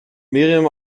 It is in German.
miriam